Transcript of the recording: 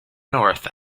north